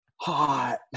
hot